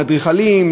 לאדריכלים,